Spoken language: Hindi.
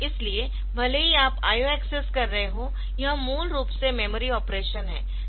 इसलिए भले ही आप IO एक्सेस कर रहे हो यह मूल रूप से मेमोरी ऑपरेशन है